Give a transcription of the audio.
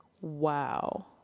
Wow